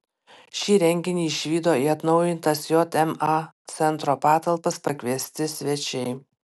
šį reginį išvydo į atnaujintas jma centro patalpas pakviesti svečiai